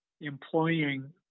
employing